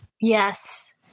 Yes